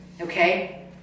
okay